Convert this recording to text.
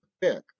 pick